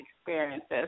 experiences